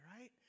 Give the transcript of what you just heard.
right